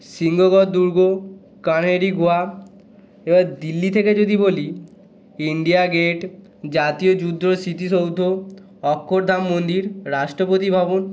সিংহগড় দুর্গ কানেরি গুহা এবার দিল্লি থেকে যদি বলি ইন্ডিয়া গেট জাতীয় যুদ্ধ স্মৃতিসৌধ অক্ষরধাম মন্দির রাষ্টপতি ভবন